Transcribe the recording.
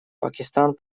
пакистан